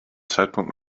zeitpunkt